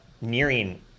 nearing